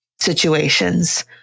situations